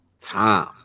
time